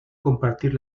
compartir